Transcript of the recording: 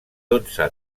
dotze